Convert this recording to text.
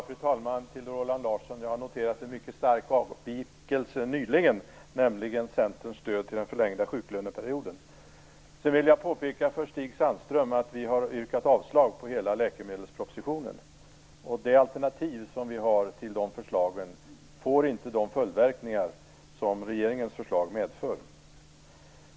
Fru talman! Jag har noterat en mycket stark avvikelse nyligen, nämligen Centerns stöd för den förlängda sjuklöneperioden. Sedan vill jag påpeka för Stig Sandström att vi har yrkat avslag på hela läkemedelspropositionen. De alternativ som vi har får inte de följdverkningar som regeringens förslag medför.